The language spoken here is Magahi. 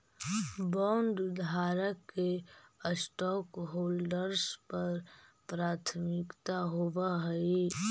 बॉन्डधारक के स्टॉकहोल्डर्स पर प्राथमिकता होवऽ हई